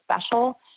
special